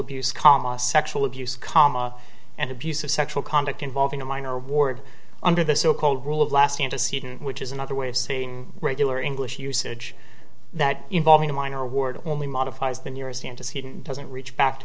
abuse comma sexual abuse comma and abuse of sexual conduct involving a minor award under the so called rule of last antecedent which is another way of saying regular english usage that involving a minor award only modifies the nearest antecedent doesn't reach back to